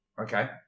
Okay